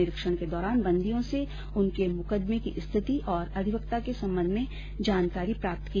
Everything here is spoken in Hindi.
निरीक्षण के दौरान बंदियों से उनके मुकदमे की स्थिति और अधिवक्ता के संबंध में जानकारी प्राप्त की